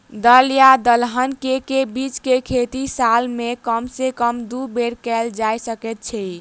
दल या दलहन केँ के बीज केँ खेती साल मे कम सँ कम दु बेर कैल जाय सकैत अछि?